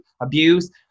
abuse